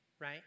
Right